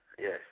yes